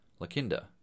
Lakinda